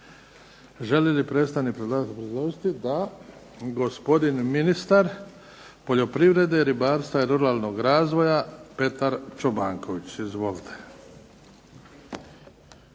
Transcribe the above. Želi li predstavnik predlagatelja obrazložiti? Da. Gospodin ministar poljoprivrede, ribarstva i ruralnog razvoja Petar Čobanković. Izvolite.